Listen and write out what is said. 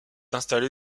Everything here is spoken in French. installée